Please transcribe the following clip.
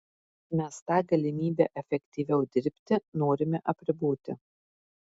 mes tą galimybę efektyviau dirbti norime apriboti